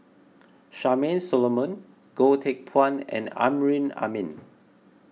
Charmaine Solomon Goh Teck Phuan and Amrin Amin